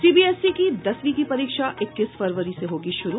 सी B S E की दसवीं की परीक्षा इक्कीस फरवरी से होगी शुरू